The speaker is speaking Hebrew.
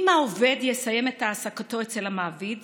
אם העובד יסיים את העסקתו אצל המעביד